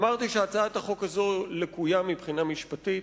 אמרתי שהצעת החוק הזו לקויה מבחינה משפטית,